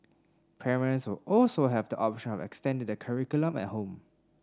parents will also have the option of extending the curriculum at home